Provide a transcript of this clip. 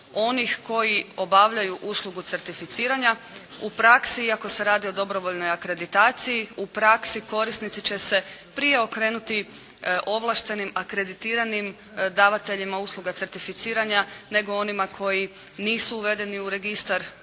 onih koji obavljaju uslugu certificiranja u praksi iako se radi o dobrovoljnoj akreditaciji u praksi korisnici će se prije okrenuti ovlaštenim akreditiranim davateljima usluga certificiranja, nego onima koji nisu uvedeni u registar,